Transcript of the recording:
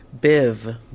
Biv